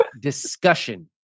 discussion